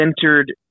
centered